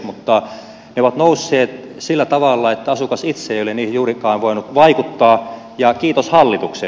mutta ne ovat nousseet sillä tavalla että asukas itse ei ole niihin juurikaan voinut vaikuttaa kiitos hallituksen